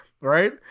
Right